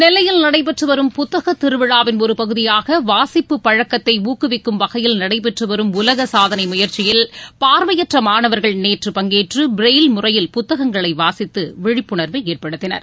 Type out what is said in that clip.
நெல்லையில் நடைபெற்றுவரும் புத்தக திருவிழாவின் ஒரு பகுதியாக வாசிப்பு பழக்கத்தை ஊக்குவிக்கும் வகையில் நடைபெற்றுவரும் உலக சாதனை முயற்சியில் பார்வையற்ற மாணவர்கள் நேற்று பங்கேற்று பிரெய்ல் முறையில் புத்தகங்களை வாசித்து விழிப்புணர்வை ஏற்படுத்தினர்